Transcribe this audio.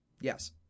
Yes